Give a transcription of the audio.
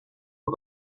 for